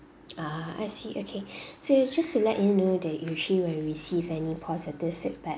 ah I see okay so just to let you know that usually when we receive any positive feedback